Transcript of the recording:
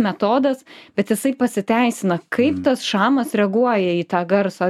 metodas bet jisai pasiteisina kaip tas šamas reaguoja į tą garsą